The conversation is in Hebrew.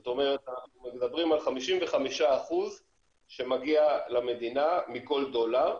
זאת אומרת אנחנו מדברים על 55% שמגיע למדינה מכל דולר.